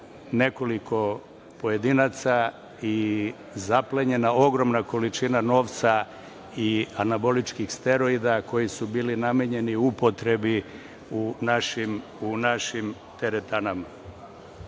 nekoliko pojedinaca i zaplenjena ogromna količina novca i anaboličkih steroida koji su bili namenjeni upotrebi u našim teretanama.